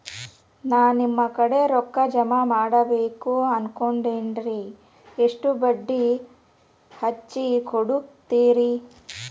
ನಾ ನಿಮ್ಮ ಕಡೆ ರೊಕ್ಕ ಜಮಾ ಮಾಡಬೇಕು ಅನ್ಕೊಂಡೆನ್ರಿ, ಎಷ್ಟು ಬಡ್ಡಿ ಹಚ್ಚಿಕೊಡುತ್ತೇರಿ?